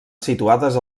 situades